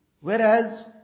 Whereas